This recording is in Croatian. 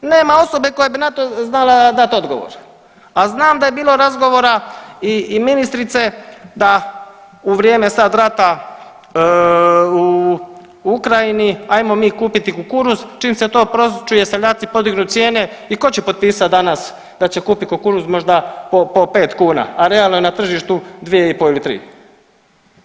Nema osobe koja bi na to znala dat odgovor, a znam da je bilo razgovora i ministrice da u vrijeme sad rata u Ukrajini ajmo mi kupiti kukuruz, čim se to pročuje seljaci podignu cijene i tko će potpisat danas da će kupit kukuruz možda po pet kuna, a realno je na tržištu dvije i pol ili tri.